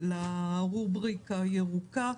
לרובריקה הירוקה.